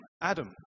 Adam